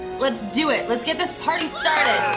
let's do it. let's get this party started.